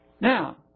Now